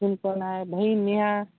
तीपण आहे बहिण नेहा